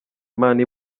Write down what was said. mana